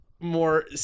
more